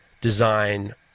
design